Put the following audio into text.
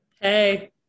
Hey